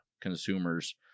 consumers